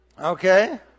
Okay